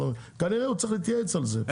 כנראה שהוא צריך להתייעץ על זה.